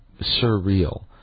surreal